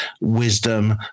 wisdom